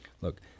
look